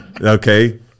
Okay